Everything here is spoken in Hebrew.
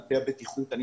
מטה הבטיחות מפעיל היום,